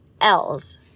L's